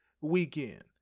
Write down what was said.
weekend